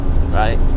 right